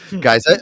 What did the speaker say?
guys